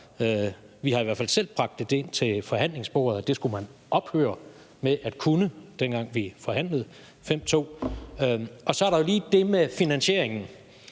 vi forhandlede, selv bragt ind til forhandlingsbordet, at det skulle man ophøre med at kunne. Og så er der jo lige det med finansieringen.